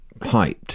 hyped